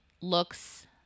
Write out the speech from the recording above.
looks